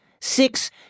Six